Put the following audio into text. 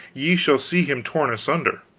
ye shall see him torn asunder.